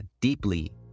deeply